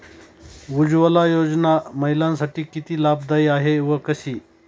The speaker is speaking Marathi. उज्ज्वला योजना महिलांसाठी किती लाभदायी आहे व कशी?